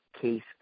case